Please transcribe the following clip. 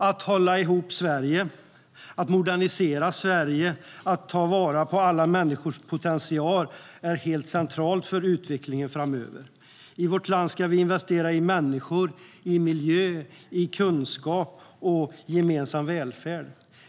Att hålla ihop Sverige, att modernisera Sverige, att ta vara på alla människors potential är helt centralt för utvecklingen framöver. I vårt land ska vi investera i människor, miljö, kunskap och gemensam välfärd.